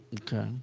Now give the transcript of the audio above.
Okay